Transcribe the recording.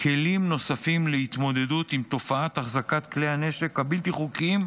כלים נוספים להתמודדות עם תופעת אחזקת כלי הנשק הבלתי-חוקיים,